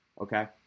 okay